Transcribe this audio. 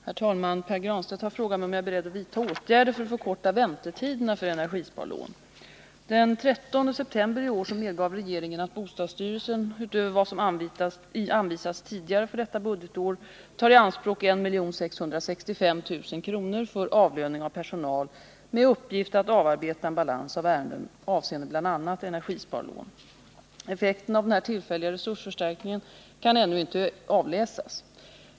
Herr talman! Pär Granstedt har frågat mig om jag är beredd att vidta åtgärder för att förkorta väntetiderna för energisparlån. Den 13 september i år medgav regeringen att bostadsstyrelsen, utöver vad som anvisats tidigare för detta budgetår, tar i anspråk 1665 000 kr. för avlöning av personal med uppgift att avarbeta en balans av ärenden avseende bl.a. energisparlån. Effekterna av denna tillfälliga resursförstärkning kan ännu inte avläsas.